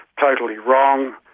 totally wrong,